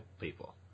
people